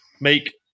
make